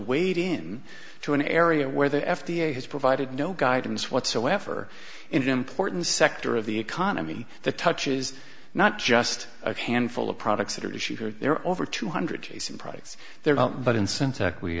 wade in to an area where the f d a has provided no guidance whatsoever in an important sector of the economy that touches not just a handful of products that are issue here there are over two hundred jason products there but